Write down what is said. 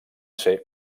ser